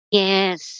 yes